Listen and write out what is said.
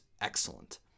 excellent